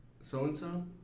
so-and-so